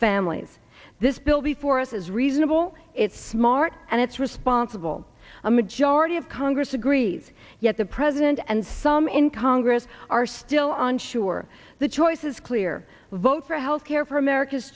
families this bill before us is reasonable it's smart and it's responsible a majority of congress agrees yet the president and some in congress are still on sure the choice is clear vote for health care for america's